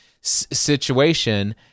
situation